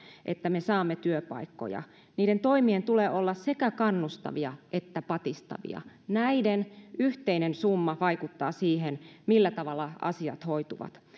että me saamme työpaikkoja niiden toimien tulee olla sekä kannustavia että patistavia näiden yhteinen summa vaikuttaa siihen millä tavalla asiat hoituvat